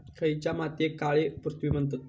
खयच्या मातीयेक काळी पृथ्वी म्हणतत?